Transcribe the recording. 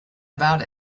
about